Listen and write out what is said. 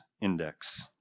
Index